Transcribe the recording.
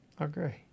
Okay